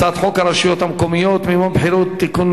הצעת חוק הרשויות המקומיות (מימון בחירות) (תיקון,